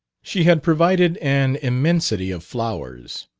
she had provided an immensity of flowers.